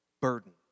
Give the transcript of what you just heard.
burden